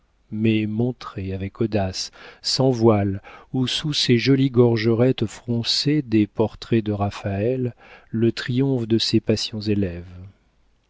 mais montrées avec audace sans voiles ou sous ces jolies gorgerettes froncées des portraits de raphaël le triomphe de ses patients élèves